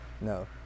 No